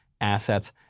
assets